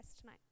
tonight